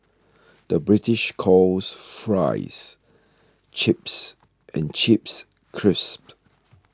the British calls Fries Chips and Chips Crisps